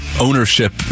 ownership